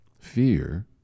Fear